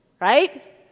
Right